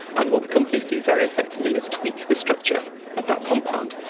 and what the companies do very effectively and is tweak the structure of that compound,